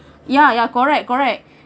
ya ya correct correct